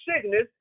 sickness